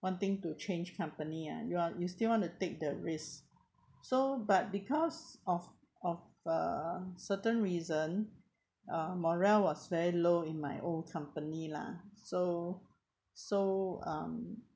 wanting to change company ah you are you still want to take the risk so but because of of uh certain reason uh morale was very low in my old company lah so so um